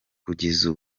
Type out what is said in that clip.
kugeza